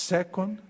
Second